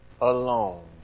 alone